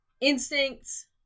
instincts